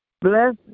Bless